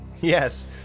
Yes